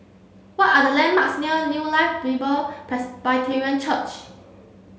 what are the landmarks near New Life Bible Presbyterian Church